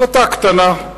החלטה קטנה,